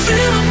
Feel